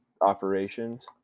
operations